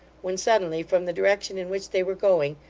when suddenly, from the direction in which they were going,